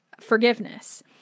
forgiveness